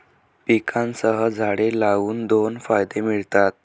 पिकांसह झाडे लावून दोन फायदे मिळतात